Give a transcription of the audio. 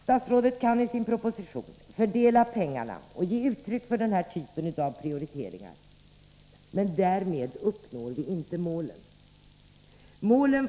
Statsrådet kan i sin proposition fördela medlen och ge uttryck för den typ av prioriteringar som jag nämnde, men därmed uppnår vi inte målen.